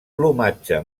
plomatge